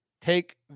Take